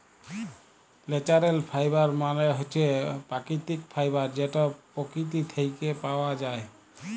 ল্যাচারেল ফাইবার মালে হছে পাকিতিক ফাইবার যেট পকিতি থ্যাইকে পাউয়া যায়